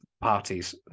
parties